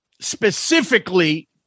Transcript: specifically